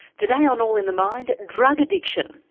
today on all in the mind, drug addiction,